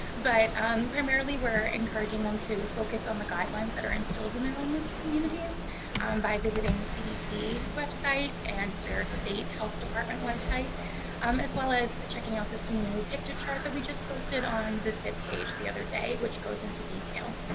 um primarily we're encouraging them to focus on the guidelines that are instilled in their own local communities by visiting the cdc website and their state health department website um as well as checking out this new piktochart that we just posted on the cip page the other day which goes into detail.